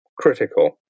critical